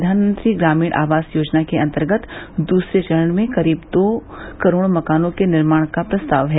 प्रधानमंत्री ग्रामीण आवास योजना के अंतर्गत दूसरे चरण में करीब दो करोड़ मकानों के निर्माण का प्रस्ताव है